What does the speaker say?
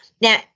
Now